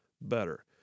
better